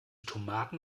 tomaten